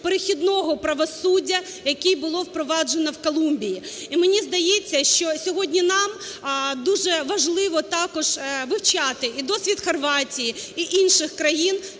перехідного правосуддя, який було впроваджено в Колумбії. І мені здається, що сьогодні нам дуже важливо також вивчати і досвід Хорватії, і інших країн